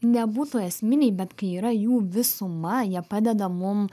nebūtų esminiai bet kai yra jų visuma jie padeda mum